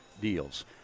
deals